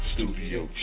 Studio